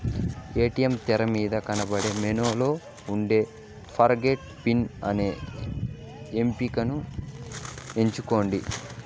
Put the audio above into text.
ATM తెరమీద కనబడే మెనూలో ఉండే ఫర్గొట్ పిన్ అనే ఎంపికని ఎంచుకోండి